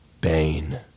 Bane